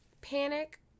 panic